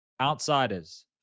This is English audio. Outsiders